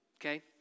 Okay